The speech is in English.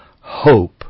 hope